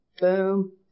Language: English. boom